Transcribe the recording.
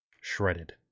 shredded